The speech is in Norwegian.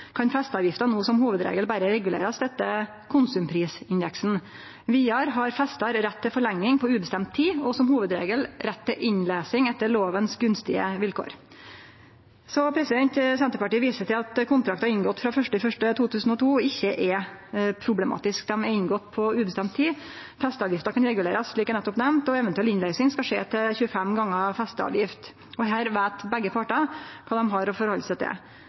kan festeavgifta no som hovudregel berre bli regulert etter konsumprisindeksen. Vidare har festar rett til forlenging på ubestemt tid, og som hovudregel rett til innløysing etter lovens gunstige vilkår. Senterpartiet viser til at kontraktar inngått frå 01.01.2002 ikkje er problematiske, dei er inngått på ubestemt tid. Festeavgifta kan regulerast, slik eg nettopp nemnde, og eventuell innløysing skal skje til 25 gonger festeavgift. Her veit begge partar kva dei har å halde seg til.